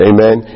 Amen